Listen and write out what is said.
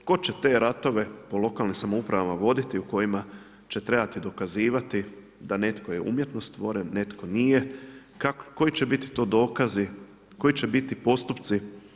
Tko će te ratove po lokalnim samoupravama voditi u kojima će trebati dokazivati da netko je umjetno stvoren, netko nije, koji će biti to dokazi, koji će biti postupci.